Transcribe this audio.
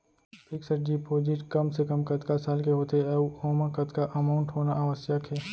Fix deposit कम से कम कतका साल के होथे ऊ ओमा कतका अमाउंट होना आवश्यक हे?